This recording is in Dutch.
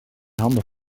handen